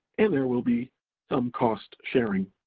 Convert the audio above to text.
and there will be some cost sharing.